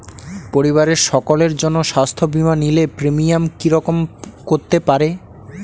পরিবারের সকলের জন্য স্বাস্থ্য বীমা নিলে প্রিমিয়াম কি রকম করতে পারে?